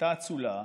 הייתה אצולה,